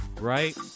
right